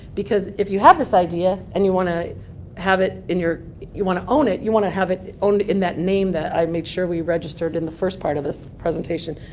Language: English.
because if you have this idea and you want to have it in your you want to own it, you want to have it in that name that i made sure we registered in the first part of this presentation.